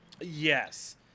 Yes